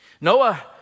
Noah